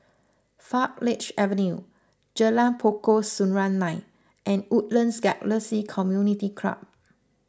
Farleigh Avenue Jalan Pokok Serunai and Woodlands Galaxy Community Club